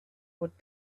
would